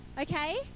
Okay